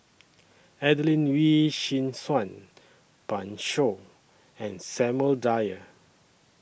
Adelene Wee Chin Suan Pan Shou and Samuel Dyer